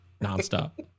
non-stop